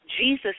Jesus